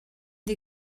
des